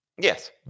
Yes